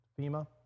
FEMA